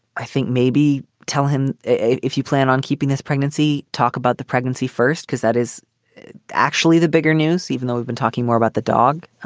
i think maybe tell him if if you plan on keeping this pregnancy. talk about the pregnancy first, because that is actually the bigger news, even though we've been talking more about the dog.